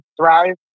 Thrive